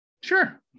sure